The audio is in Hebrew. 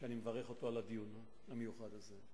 ואני מברך אותו על הדיון המיוחד הזה.